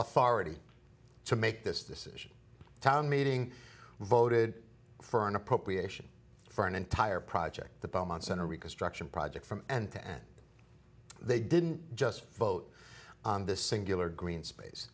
authority to make this decision a town meeting voted for an appropriation for an entire project the belmont center reconstruction project from and they didn't just vote on this singular green space